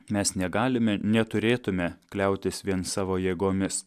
mes negalime neturėtume kliautis vien savo jėgomis